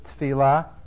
tefillah